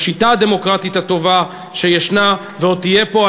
בשיטה הדמוקרטית הטובה שישנה ועוד תהיה פה,